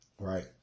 right